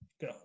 go